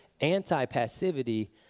anti-passivity